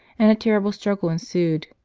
and a terrible struggle ensued.